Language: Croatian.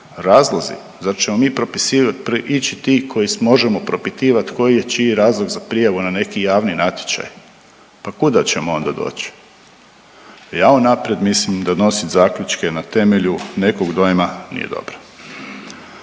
razlozi, zar ćemo mi propisivati ići ti koji možemo propitivat koji je čiji razlog za prijavu na neki javni natječaj, pa kuda ćemo onda doći. Ja unaprijed mislim donosit zaključke na temelju nekog dojma nije dobro.